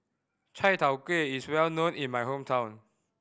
chai tow kway is well known in my hometown